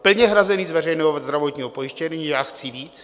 Plně hrazeny z veřejného zdravotního pojištění já chci víc.